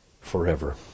forever